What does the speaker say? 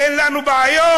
אין לנו בעיות.